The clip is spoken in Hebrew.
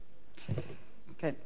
סגורה הרשימה, אתה האחרון.